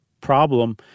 problem